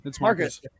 Marcus